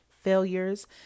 failures